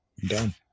Done